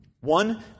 One